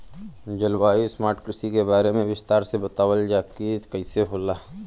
जलवायु स्मार्ट कृषि के बारे में विस्तार से बतावल जाकि कइसे होला?